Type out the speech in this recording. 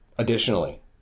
Additionally